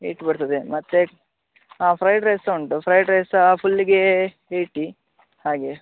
eighty ಬರ್ತದೆ ಮತ್ತೆ fried rice ಸಾ ಉಂಟು ಫ್ರೈಡ್ ರೈಸ್ ಸಾ ಫುಲ್ಲಿಗೇ ಏಯ್ಟಿ ಹಾಗೆ